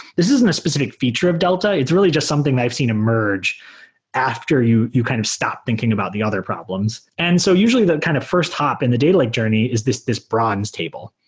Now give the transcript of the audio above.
this isn't a specific feature of delta. it's really just something that i've seen emerge after you you kind of stop thinking about the other problems. and so usually, the kind of first hop in the data lake journey is this this bronze table,